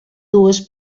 dues